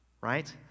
right